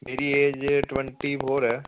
ਤੇਰੀ age twenty four ਆ